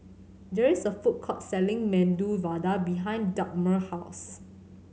there is a food court selling Medu Vada behind Dagmar house